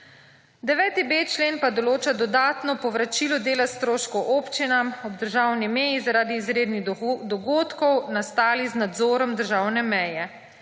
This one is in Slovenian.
9b. člen pa določa dodatno povračilo dela stroškov občinam, ob državni meji zaradi izrednih dogodkov nastalih z nadzorom državne meje.